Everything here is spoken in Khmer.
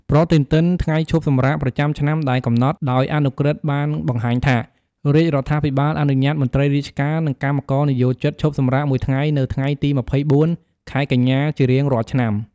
ប្រតិទិនថ្ងៃឈប់សម្រាកប្រចាំឆ្នាំដែលកំណត់ដោយអនុក្រឹត្យបានបង្ហាញថា រាជរដ្ឋាភិបាលអនុញ្ញាតមន្ត្រីរាជការនិងកម្មករនិយោជិតឈប់សម្រាកមួយថ្ងៃនៅថ្ងៃទី២៤ ខែកញ្ញា ជារៀងរាល់ឆ្នាំ។